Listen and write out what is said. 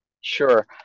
Sure